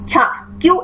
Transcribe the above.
छात्र QSAR